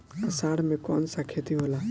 अषाढ़ मे कौन सा खेती होला?